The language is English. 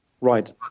right